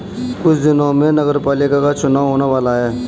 कुछ दिनों में नगरपालिका का चुनाव होने वाला है